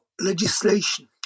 legislation